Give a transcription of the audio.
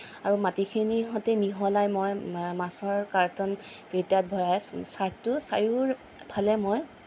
আৰু মাটিখিনিৰ সৈতে মিহলাই মই মাছৰ কাৰ্টনকেইটাত ভৰাই ছাইডটো চাৰিওফালে মই